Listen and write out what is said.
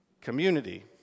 community